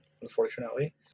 unfortunately